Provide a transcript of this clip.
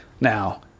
Now